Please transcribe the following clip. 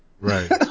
right